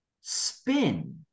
spin